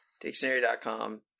Dictionary.com